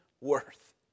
worth